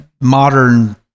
modern